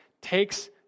takes